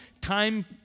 time